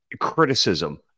criticism